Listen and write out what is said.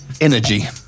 Energy